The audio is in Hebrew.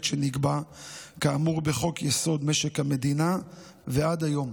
שנקבע כאמור בחוק-יסוד: משק המדינה ועד היום,